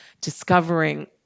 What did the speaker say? discovering